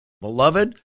Beloved